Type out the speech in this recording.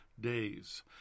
days